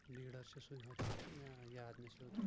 leader چھُ سُے ہوٚت مےٚ یاد مےٚ سیوٚد